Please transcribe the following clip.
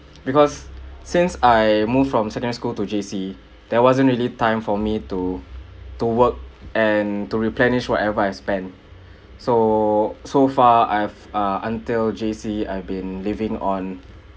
because since I moved from secondary school to J_C there wasn't really time for me to to work and to replenish whatever I spend so so far I've uh until J_C I been living on